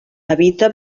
habita